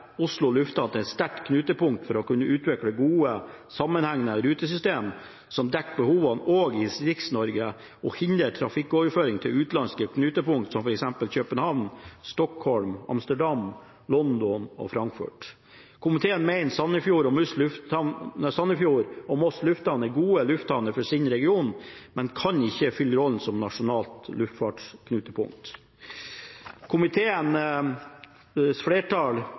Oslo Lufthavn til et sterkt knutepunkt for å kunne utvikle gode, sammenhengende rutesystemer som dekker behovene også i Distrikts-Norge, og hindre trafikkoverføring til utenlandske knutepunkt som f.eks. København, Stockholm, Amsterdam, London og Frankfurt. Komiteen mener Sandefjord og Moss Lufthavn er gode lufthavner for sine regioner, men ikke kan fylle rollen som nasjonalt luftfartsknutepunkt. Komiteens flertall, utenom Senterpartiet og Venstre, viser for øvrig til budsjettinnstillingen for 2015, der komitéflertallet uttalte: «Komiteens flertall,